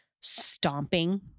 stomping